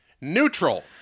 Neutral